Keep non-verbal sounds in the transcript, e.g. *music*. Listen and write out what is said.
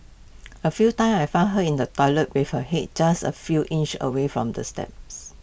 *noise* A few times I found her in the toilet before her Head just A few inches away from the steps